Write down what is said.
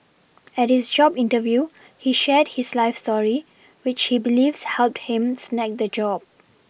at his job interview he shared his life story which he believes helped him snag the job